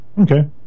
Okay